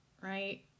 right